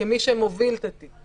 כמי שמוביל את התיק,